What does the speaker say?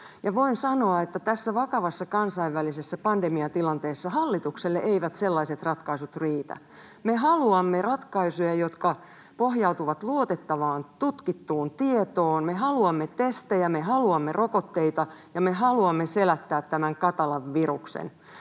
Voin sanoa, että tässä vakavassa kansainvälisessä pandemiatilanteessa hallitukselle eivät sellaiset ratkaisut riitä. Me haluamme ratkaisuja, jotka pohjautuvat luotettavaan, tutkittuun tietoon. Me haluamme testejä, me haluamme rokotteita, ja me haluamme selättää tämän katalan viruksen.